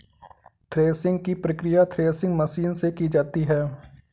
threshing की प्रकिया threshing machine से की जाती है